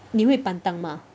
你会 pantang mah